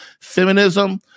feminism